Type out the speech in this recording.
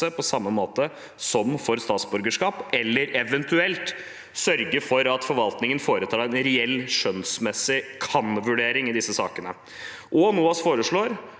på samme måte som for statsborgerskap, eller eventuelt sørge for at forvaltningen foretar en reell skjønnsmessig kan-vurdering i disse sakene. NOAS foreslår